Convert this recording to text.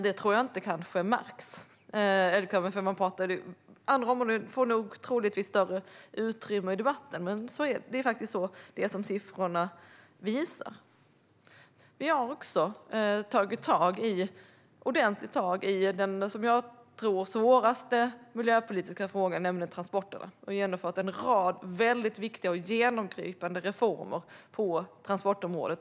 Det kanske inte märks, eftersom andra områden troligtvis får större utrymme i debatten. Men det är faktiskt vad siffrorna visar. Vi har också tagit ordentligt tag i den, som jag tror, svåraste miljöpolitiska frågan, nämligen transporterna. Vi har genomfört en rad väldigt viktiga och genomgripande reformer på transportområdet.